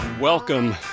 welcome